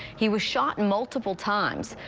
he was shot multiple times.